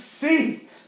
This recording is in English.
see